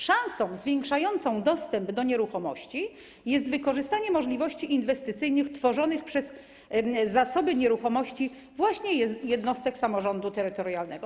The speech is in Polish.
Szansą zwiększającą dostęp do nieruchomości jest wykorzystanie możliwości inwestycyjnych tworzonych przez zasoby nieruchomości jednostek samorządu terytorialnego.